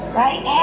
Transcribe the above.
right